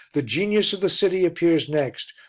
the genius of the city appears next,